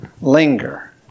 Linger